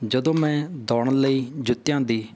ਜਦੋਂ ਮੈਂ ਦੌੜਨ ਲਈ ਜੁੱਤੀਆਂ ਦੀ